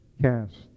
cast